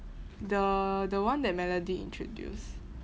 the the one that melody introduced